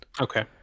Okay